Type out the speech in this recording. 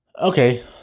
Okay